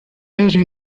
raised